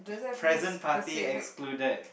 present party excluded